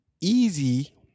easy